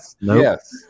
yes